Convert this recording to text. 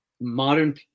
Modern